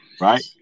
Right